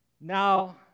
Now